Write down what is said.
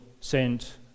sent